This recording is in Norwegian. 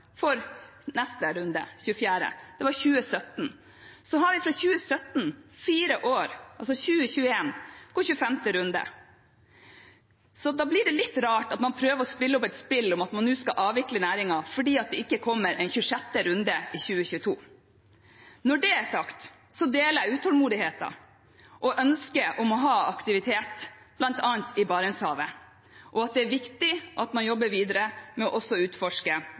neste runde, den 24. Det var i 2017. Så har vi fra 2017 fire år, altså fram til 2021, før 25. runde kom. Da blir det litt rart at man prøver å spille et spill om at man nå skal avvikle næringen fordi det ikke kommer en 26. runde i 2022. Når det er sagt, deler jeg utålmodigheten og ønsket om å ha aktivitet, bl.a. i Barentshavet, og det er viktig at man jobber videre med å utforske også